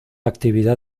actividad